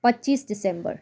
पच्चिस डिसेम्बर